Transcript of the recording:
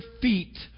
feet